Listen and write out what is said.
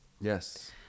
Yes